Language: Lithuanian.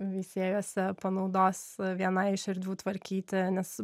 veisiejuose panaudos vienai iš erdvių tvarkyti nes